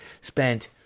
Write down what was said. spent